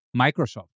Microsoft